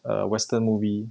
err western movie